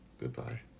Goodbye